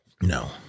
No